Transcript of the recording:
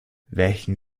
weichen